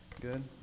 Good